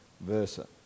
versa